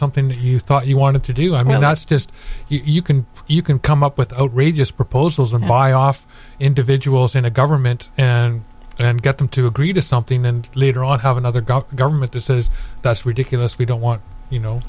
something that you thought you wanted to do i mean that's just you can you can come up with outrageous proposals and buy off individuals in a government and get them to agree to something then later on have another go government to says that's ridiculous we don't want you know